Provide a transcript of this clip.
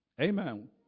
Amen